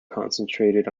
concentrated